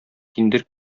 киндер